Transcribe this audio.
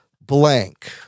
blank